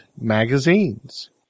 magazines